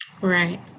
right